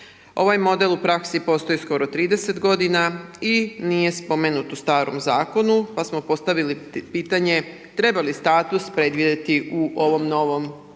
Ovaj model u praksi postoji skoro 30 godina i nije spomenut u starom zakonu pa smo postavili pitanje treba li status predvidjeti u ovom novom zakonskom